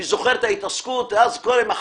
אני זוכר את ההתעסקות עם החווה